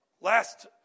Last